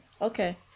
Okay